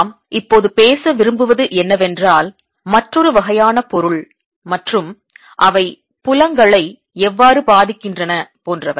நாம் இப்போது பேச விரும்புவது என்னவென்றால் மற்றொரு வகையான பொருள் மற்றும் அவை புலங்களை எவ்வாறு பாதிக்கின்றன போன்றவை